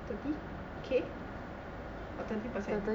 thirty K or thirty percent